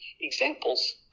examples